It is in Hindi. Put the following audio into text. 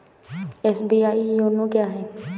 एस.बी.आई योनो क्या है?